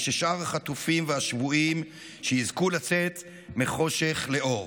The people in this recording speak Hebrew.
וששאר החטופים והשבויים יזכו לצאת מחושך לאור.